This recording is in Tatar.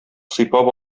сыйпап